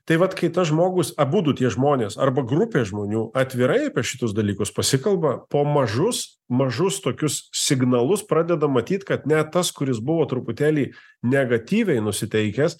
tai vat kai tas žmogus abudu tie žmonės arba grupė žmonių atvirai apie šituos dalykus pasikalba po mažus mažus tokius signalus pradeda matyt kad net tas kuris buvo truputėlį negatyviai nusiteikęs